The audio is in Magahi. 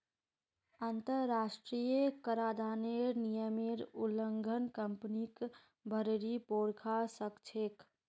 अंतरराष्ट्रीय कराधानेर नियमेर उल्लंघन कंपनीक भररी पोरवा सकछेक